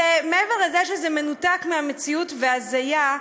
מעבר לזה שזה מנותק מהמציאות והזיה,